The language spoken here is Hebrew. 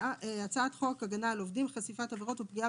הצעת חוק הגנה על עובדים (חשיפת עבירות ופגיעה